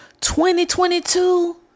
2022